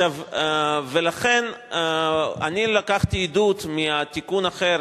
ולכן אני לקחתי עידוד מתיקון אחר,